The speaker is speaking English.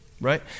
right